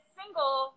single